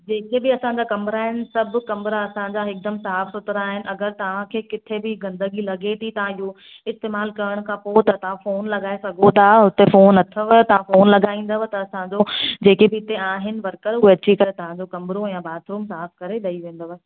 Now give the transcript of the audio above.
जेके बि असांजा कमरा आहिनि सभु कमरा असां हिकदमि साफ सुथरा आहिनि अगरि तव्हांखे किथे बि गंदगी लगे थी तव्हां इयो इस्तेमाल करण खां पोइ त तव्हां फ़ोन लगाए सघो था त फ़ोन अथव तव्हां फ़ोन लगाईंदव त असांजो जेके बि हिते आहिनि वर्कर उअ अच्छी तरह तव्हांजो कमरो या बाथरूम साफ करे ॾई वेंदव